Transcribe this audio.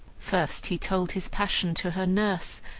first he told his passion to her nurse,